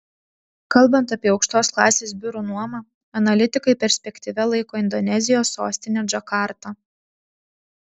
kalbant apie aukštos klasės biurų nuomą analitikai perspektyvia laiko indonezijos sostinę džakartą